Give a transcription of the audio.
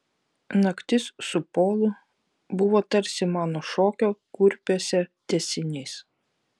naktis su polu buvo tarsi mano šokio kurpiuose tęsinys